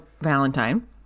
Valentine